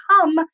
come